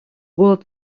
голод